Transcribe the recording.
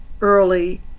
early